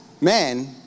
man